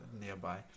nearby